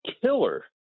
killer